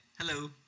Hello